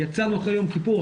יצאנו אחרי יום כיפור,